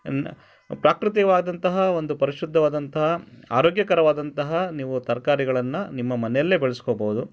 ಪ್ರಾಕೃತ್ಯವಾದಂತಹ ಒಂದು ಪರಿಶುದ್ಧವಾದಂತಹ ಆರೋಗ್ಯಕರವಾದಂತಹ ನೀವು ತರಕಾರಿಗಳನ್ನ ನಿಮ್ಮ ಮನೆಯಲ್ಲೇ ಬೆಳೆಸ್ಕೋಬೋದು